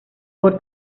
por